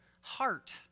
heart